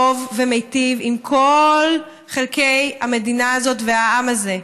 ומיטיב עם כל חלקי המדינה הזאת והעם הזה,